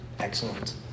Excellent